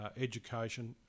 education